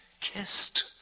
Kissed